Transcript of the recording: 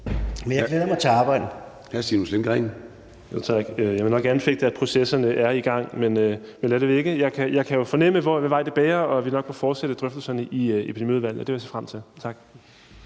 jeg glæder mig til arbejdet.